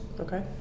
Okay